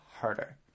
harder